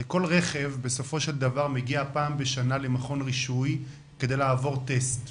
הרי כל רכב בסופו של דבר מגיע פעם בשנה למכון רישוי כדי לעבור טסט.